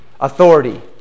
authority